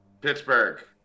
Pittsburgh